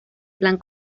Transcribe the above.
plan